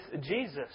Jesus